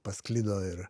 pasklido ir